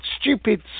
Stupid